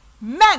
Men